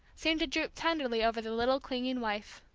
seemed to droop tenderly over the little clinging wife.